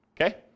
Okay